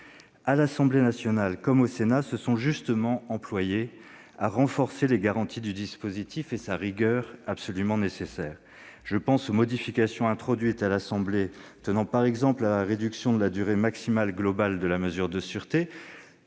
à l'Assemblée nationale et au Sénat se sont justement employées à renforcer les garanties du dispositif et sa nécessaire rigueur. Je pense aux modifications, introduites à l'Assemblée nationale, par exemple sur la réduction de la durée maximale globale de la mesure de sûreté,